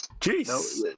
Jeez